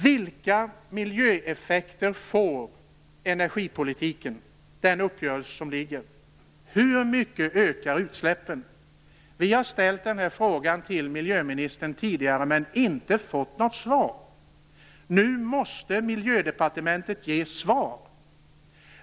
Vilka miljöeffekter får energipolitiken, den uppgörelse som föreligger? Hur mycket ökar utsläppen? Vi har ställt den frågan till miljöministern tidigare men inte fått något svar. Nu måste Miljödepartementet ge svar.